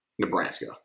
Nebraska